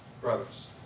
brothers